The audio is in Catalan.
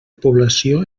població